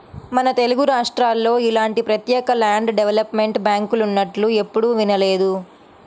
మన తెలుగురాష్ట్రాల్లో ఇలాంటి ప్రత్యేక ల్యాండ్ డెవలప్మెంట్ బ్యాంకులున్నట్లు ఎప్పుడూ వినలేదు